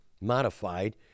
modified